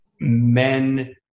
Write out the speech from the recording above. men